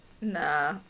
Nah